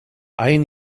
ein